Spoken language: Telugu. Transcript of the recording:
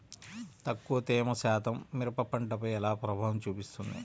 తక్కువ తేమ శాతం మిరప పంటపై ఎలా ప్రభావం చూపిస్తుంది?